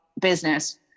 business